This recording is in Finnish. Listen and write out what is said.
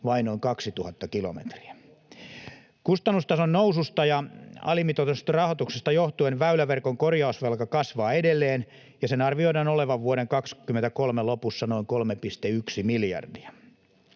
vain noin 2 000 kilometriä. Kustannustason noususta ja alimitoitetusta rahoituksesta johtuen väyläverkon korjausvelka kasvaa edelleen, ja sen arvioidaan olevan vuoden 23 lopussa noin 3,1 miljardia.